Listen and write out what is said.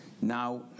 Now